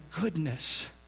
goodness